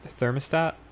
thermostat